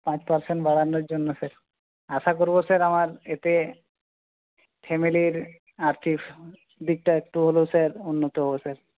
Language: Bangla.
পাঁচ পারসেন্ট বাড়ানোর জন্য স্যার আশা করবো স্যার আমার এতে ফ্যামিলির আর্থিক দিকটা একটু হলেও স্যার উন্নত হবে স্যার